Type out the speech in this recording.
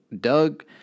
Doug